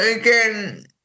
again